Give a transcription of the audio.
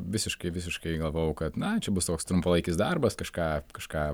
visiškai visiškai galvojau kad na čia bus toks trumpalaikis darbas kažką kažką